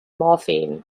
morphine